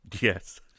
Yes